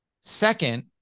Second